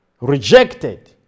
rejected